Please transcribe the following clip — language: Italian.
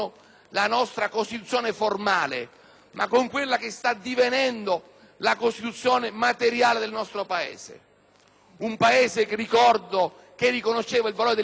ma con quella che sta divenendo la Costituzione materiale del nostro Paese. Un Paese che - ricordo - riconosceva il valore delle autonomie, delle minoranze linguistiche,